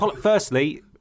Firstly